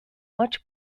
much